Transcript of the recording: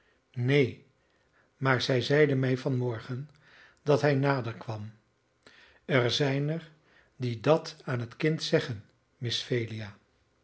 neen maar zij zeide mij van morgen dat hij naderkwam er zijn er die dat aan het kind zeggen miss